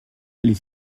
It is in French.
les